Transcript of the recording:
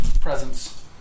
presents